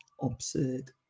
absurd